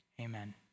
amen